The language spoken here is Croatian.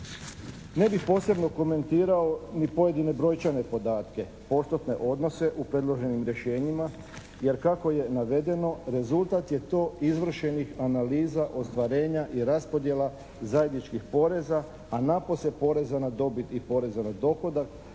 Ne bih posebno komentirao ni pojedine brojčane podatke, postotne odnose u predloženim rješenjima, jer kako je navedeno rezultat je to izvršenih analiza ostvarenja i raspodjela zajedničkih poreza, a napose poreza na dobit i poreza na dohodak